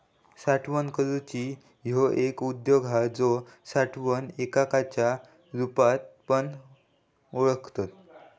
साठवण करूची ह्यो एक उद्योग हा जो साठवण एककाच्या रुपात पण ओळखतत